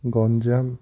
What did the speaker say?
Ganjam